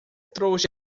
trouxe